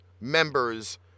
members